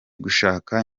gushaka